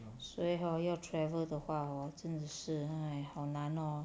所以 hor 要 travel 的话 hor 真的是 好好难哦